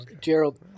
gerald